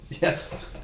yes